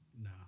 No